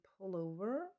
pullover